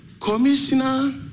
Commissioner